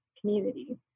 community